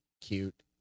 cute